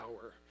power